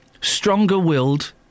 stronger-willed